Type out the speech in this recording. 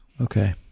Okay